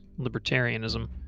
libertarianism